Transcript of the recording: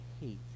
hate